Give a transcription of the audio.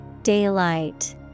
Daylight